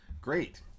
great